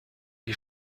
die